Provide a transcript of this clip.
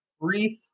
brief